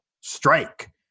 strike